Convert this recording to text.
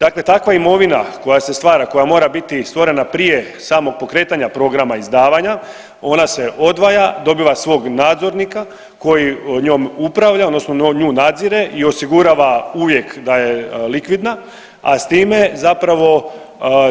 Dakle, takva imovina koja se stvara, koja mora biti stvorena prije samog pokretanja programa izdavanja ona se odvaja, dobiva svog nadzornika koji njom upravlja odnosno nju nadzire i osigurava uvijek da je likvidna, a s time zapravo